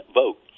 vote